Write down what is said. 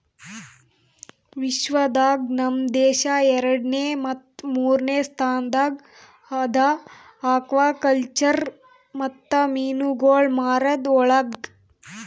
ವಿಶ್ವ ದಾಗ್ ನಮ್ ದೇಶ ಎರಡನೇ ಮತ್ತ ಮೂರನೇ ಸ್ಥಾನದಾಗ್ ಅದಾ ಆಕ್ವಾಕಲ್ಚರ್ ಮತ್ತ ಮೀನುಗೊಳ್ ಮಾರದ್ ಒಳಗ್